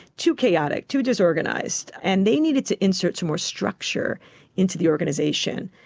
too chaotic, too disorganised, and they needed to insert some more structure into the organisation.